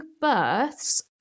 births